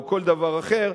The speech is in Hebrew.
או כל דבר אחר,